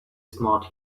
smart